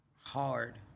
hard